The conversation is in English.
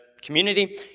community